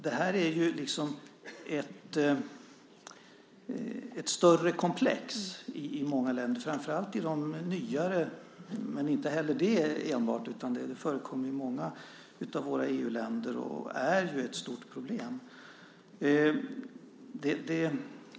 Det här är ett större komplex i många länder, framför allt i de nyare EU-länderna. Men inte enbart i de länderna, utan det här förekommer i många av våra EU-länder och är ett stort problem.